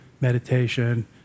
Meditation